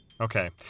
Okay